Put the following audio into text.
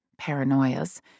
paranoias